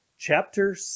chapter